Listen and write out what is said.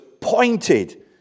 pointed